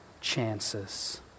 chances